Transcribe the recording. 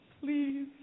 please